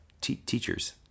Teachers